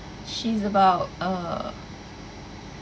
she's about uh